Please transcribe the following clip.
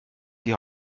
die